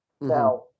Now